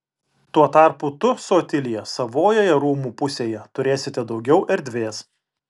tuo tarpu tu su otilija savojoje rūmų pusėje turėsite daugiau erdvės